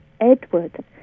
Edward